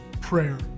prayer